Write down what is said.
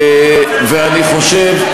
ואני חושב,